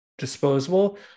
disposable